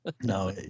no